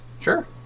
sure